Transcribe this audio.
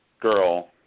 GIRL